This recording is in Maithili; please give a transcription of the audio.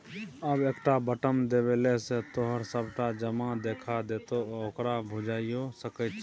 आब एकटा बटम देबेले सँ तोहर सभटा जमा देखा देतौ आ ओकरा भंजाइयो सकैत छी